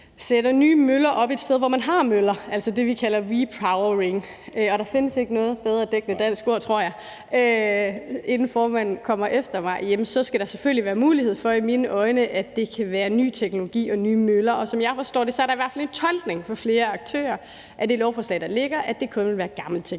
sætter nye møller op et sted, hvor man har møller, altså det, vi kalder repowering – inden formanden kommer efter mig, vil jeg sige, at der ikke findes noget bedre dækkende dansk ord, tror jeg – skal der selvfølgelig i mine øjne være mulighed for, at det kan være ny teknologi og nye møller. Og som jeg forstår det, er der i hvert fald en tolkning fra flere aktørers side af det lovforslag, der ligger, at det kun vil være gammel teknologi.